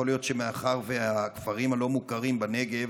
יכול להיות שמאחר שהכפרים הלא-מוכרים בנגב